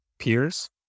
peers